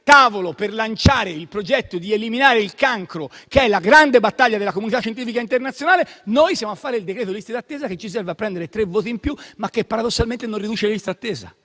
tavolo per lanciare il progetto di eliminare il cancro, che è la grande battaglia della comunità scientifica internazionale, mentre noi siamo a fare il decreto sulle liste d'attesa, che ci serve a prendere tre voti in più, ma che, paradossalmente, non riduce le liste d'attesa.